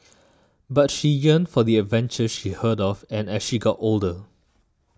but she yearned for the adventures she heard of and as she got older